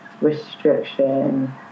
restriction